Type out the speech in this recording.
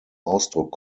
ausdruck